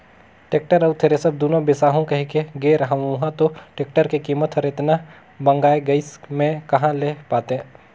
tractor अउ thresher दुनो बिसाहू कहिके गे रेहेंव उंहा तो टेक्टर के कीमत हर एतना भंगाए गइस में कहा ले पातें